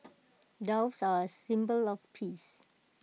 doves are A symbol of peace